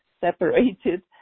separated